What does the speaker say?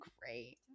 great